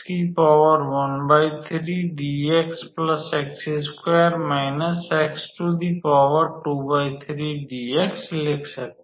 तो हम इसे लिख सकते हैं